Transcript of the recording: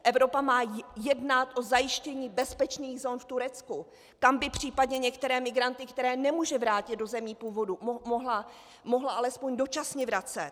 Evropa má jednat o zajištění bezpečných zón v Turecku, kam by případně některé migranty, které nemůže vrátit do zemí původu, mohla alespoň dočasně vracet.